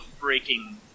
breaking